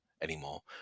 anymore